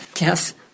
Yes